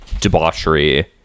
debauchery